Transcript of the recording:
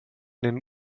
den